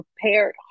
prepared